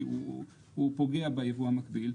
כי הוא פוגע בייבוא המקביל.